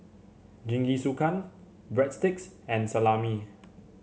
Jingisukan Breadsticks and Salami